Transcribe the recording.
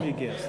כן.